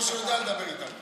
ומשה יודע לדבר איתם.